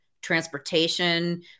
transportation